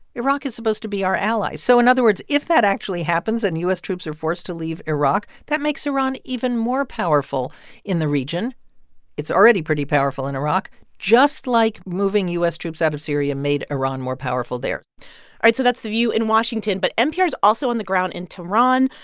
iraq is supposed to be our ally. so in other words, if that actually happens and u s. troops are forced to leave iraq, that makes iran even more powerful in the region it's already pretty powerful in iraq just like moving u s. troops out of syria made iran more powerful there all right. so that's the view in washington, but npr's also on the ground in tehran.